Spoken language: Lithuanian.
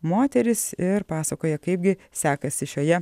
moterys ir pasakoja kaipgi sekasi šioje